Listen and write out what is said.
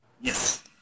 Yes